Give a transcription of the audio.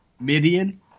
Midian